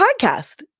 podcast